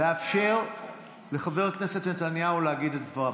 לאפשר לחבר הכנסת נתניהו להגיד את דבריו,